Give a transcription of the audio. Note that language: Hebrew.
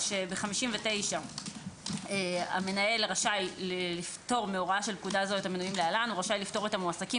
ב-59 המנהל רשאי לפטור מההוראה של פקודה זו את המנויים להלן את המועסקים